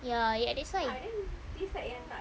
ya that's why